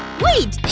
wait!